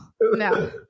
no